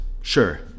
Sure